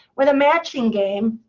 with a matching game,